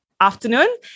afternoon